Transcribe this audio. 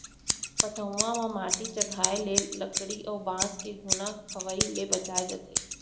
पटउहां म माटी चघाए ले लकरी अउ बांस के घुना खवई ले बचाए जाथे